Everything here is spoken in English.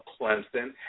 Clemson